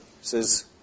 says